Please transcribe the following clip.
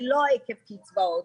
שלא עקב קצבאות,